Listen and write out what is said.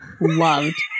loved